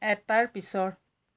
এটাৰ পিছৰ